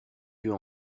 yeux